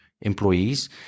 employees